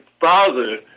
father